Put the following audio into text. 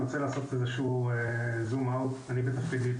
אני רוצה לעשות איזשהו zoom out בתפקידי,